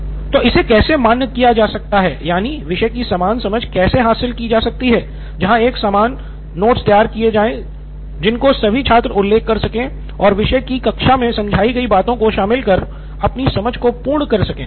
निथिन कुरियन तो इसे कैसे मान्य किया जा सकता है यानि विषय की समान समझ कैसे हासिल ही जा सकती है जहां एक समान नोट्स तैयार किए जाए जिनको सभी छात्र उल्लेख कर सकें और विषय की कक्षा मे समझाई गयी बातों को शामिल कर अपनी समझ को पूर्ण कर सकें